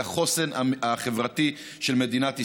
את החוסן החברתי של מדינת ישראל.